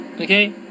Okay